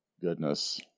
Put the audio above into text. Goodness